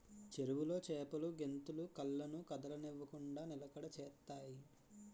చెరువులో చేపలు గెంతులు కళ్ళను కదలనివ్వకుండ నిలకడ చేత్తాయి